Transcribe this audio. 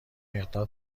مقدار